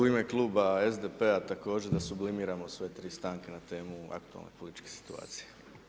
U ime kluba SDP-a, također da sublimiramo sve tri stanke na temu aktualne političke situacije.